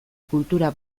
kultura